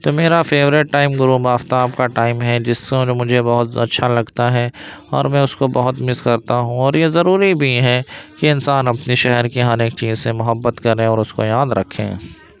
تو میرا favourite time غروب آفتاب کا ٹائم ہے جس مجھے بہت اچھا لگتا ہے اور میں اس کو بہت مس کرتا ہوں اور یہ ضروری بھی ہے کہ انسان اپنے شہر کی ہر ایک چیز سے محبت کرے اور اس کو یاد رکھے